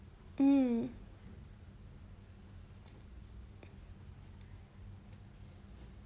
mm